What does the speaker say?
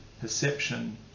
perception